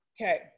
Okay